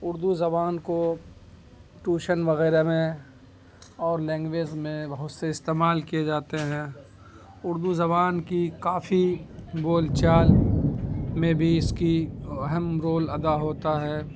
اردو زبان کو ٹوشن وغیرہ میں اور لینگویز میں بہت سے استعمال کیے جاتے ہیں اردو زبان کی کافی بول چال میں بھی اس کی اہم رول ادا ہوتا ہے